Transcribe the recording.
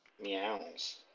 meows